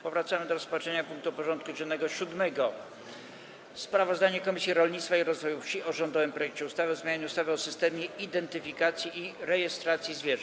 Powracamy do rozpatrzenia punktu 7. porządku dziennego: Sprawozdanie Komisji Rolnictwa i Rozwoju Wsi o rządowym projekcie ustawy o zmianie ustawy o systemie identyfikacji i rejestracji zwierząt.